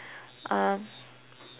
um